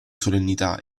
solennità